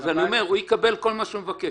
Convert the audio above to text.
הוא יקבל כל מה שהוא מבקש.